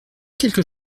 quelque